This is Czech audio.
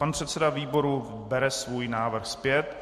Pan předseda výboru bere svůj návrh zpět.